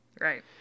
Right